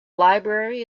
library